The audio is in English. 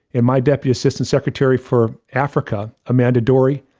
and my deputy assistant secretary for africa, amanda dory.